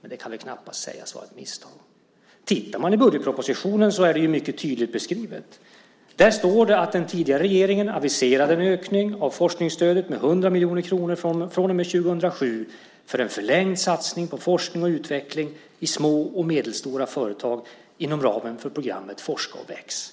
Men det kan väl knappast sägas vara ett misstag. Tittar man i budgetpropositionen ser man att det är mycket tydligt beskrivet. Där står det att den tidigare regeringen aviserade en ökning av forskningsstödet med 100 miljoner kronor från och med 2007 för en förlängd satsning på forskning och utveckling i små och medelstora företag inom ramen för programmet Forska och väx.